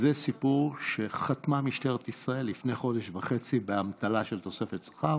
זה סיפור שחתמה משטרת ישראל לפני חודש וחצי באמתלה של תוספת שכר.